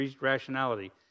rationality